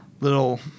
little